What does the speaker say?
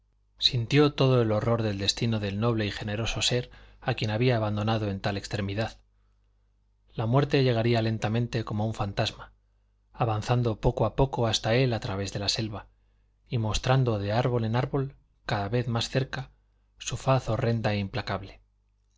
sintió todo el horror del destino del noble y generoso ser a quien había abandonado en tal extremidad la muerte llegaría lentamente como un fantasma avanzando poco a poco hasta él a través de la selva y mostrando de árbol en árbol cada vez más cerca su faz horrenda e implacable